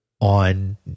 on